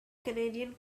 canadian